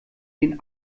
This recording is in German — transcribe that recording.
den